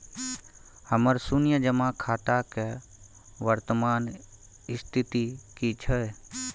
हमर शुन्य जमा खाता के वर्तमान स्थिति की छै?